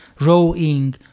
rowing